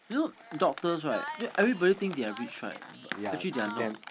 you know doctors right they everybody think they are rich right actually they are not